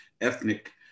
ethnic